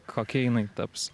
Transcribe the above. kokia jinai taps